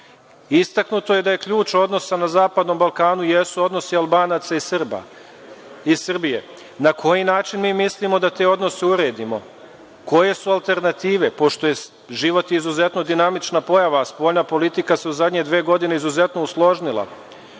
susedima. Istaknuto je da ključ odnosa na zapadnom Balkanu jesu odnosi Albanije i Srbije. Na koji način mislimo da te odnose uredimo, koje su alternative, pošto je život izuzetno dinamična pojava, spoljna politika se u zadnje dve godine izuzetno usložnila. Koje